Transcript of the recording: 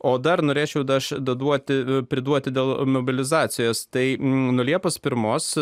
o dar norėčiau dar duoti priduoti dėl mobilizacijos tai nuo liepos pirmos